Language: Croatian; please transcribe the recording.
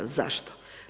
Zašto?